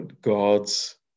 God's